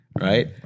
right